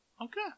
Okay